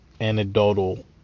anecdotal